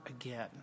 again